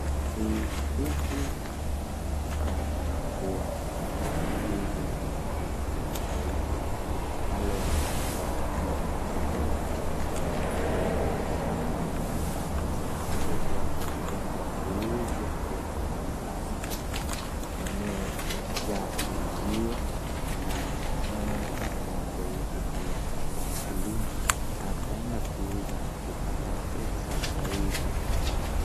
Hizi zinaonekana kuwa ni ndizi mingi tena zaidi pale ambapo yametolewa tu kwenye shamba na zinapelekwa kwenda kuuzwa kwenye vibanda na eneo za kuuziwa na inamanufaa tena zaidi pale ambapo mkulima ataenda kuuza na kupata pesa zaidi.